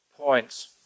points